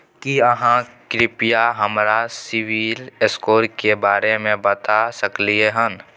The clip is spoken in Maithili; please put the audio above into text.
की आहाँ कृपया हमरा सिबिल स्कोर के बारे में बता सकलियै हन?